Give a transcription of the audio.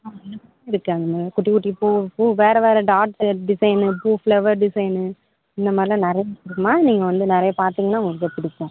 இருக்கு அந்தமாரி குட்டி குட்டி பூ பூ வேறு வேறு டாட்டு டிசைன்னு பூ ஃப்ளவர் டிசைன்னு இந்த மாதிரிலாம் நிறையா இருக்குதுங்கம்மா நீங்கள் வந்து நிறைய பார்த்திங்கன்னா உங்களுக்கே பிடிக்கும்